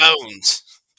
bones